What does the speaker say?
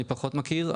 אני פחות מכיר.